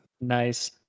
nice